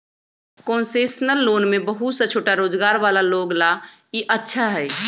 concessional loan में बहुत सा छोटा रोजगार वाला लोग ला ई अच्छा हई